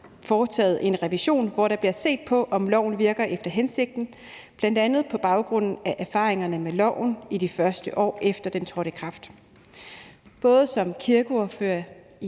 foretaget en revision, hvor der bliver set på, om loven virker efter hensigten, bl.a. på baggrund af erfaringerne med loven i de første år, efter at den trådte i kraft.